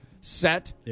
set